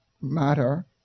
matter